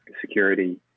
security